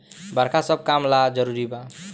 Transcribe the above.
बरखा सब काम ला जरुरी बा